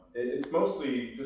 it's mostly,